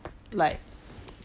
like